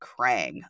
Krang